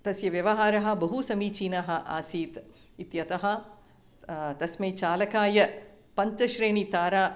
तस्य व्यवहारः बहु समीचीनः आसीत् इत्यतः तस्मै चालकाय पञ्चश्रेणिं तारा